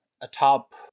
atop